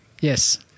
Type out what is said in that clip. yes